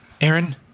Aaron